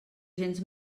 gens